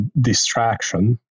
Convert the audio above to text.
distraction